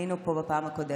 היינו פה גם בפעם הקודמת.